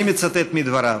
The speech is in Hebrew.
אני מצטט מדבריו: